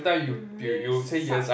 it really sucks